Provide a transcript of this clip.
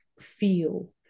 feel